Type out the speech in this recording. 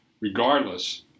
regardless